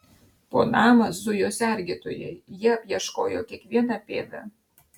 po namą zujo sergėtojai jie apieškojo kiekvieną pėdą